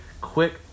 quick